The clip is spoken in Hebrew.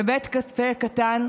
בבית קפה קטן,